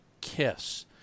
Kiss